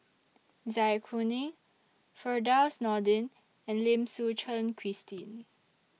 Zai Kuning Firdaus Nordin and Lim Suchen Christine